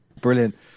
Brilliant